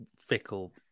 fickle